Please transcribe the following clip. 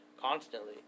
constantly